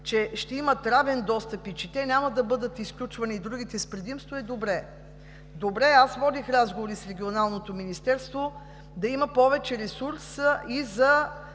че ще имат равен достъп и, че няма да бъдат изключвани и другите с предимство, е добре. Аз водих разговори с Регионалното министерство да има повече ресурс и за